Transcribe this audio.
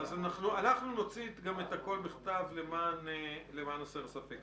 אליהם לאחר מכן בשל אותה חקירה אפידמיולוגית.